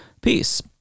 peace